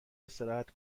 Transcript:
استراحت